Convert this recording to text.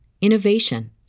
innovation